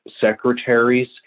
secretaries